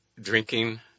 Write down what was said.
drinking